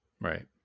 Right